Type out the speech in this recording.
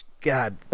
God